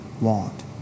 want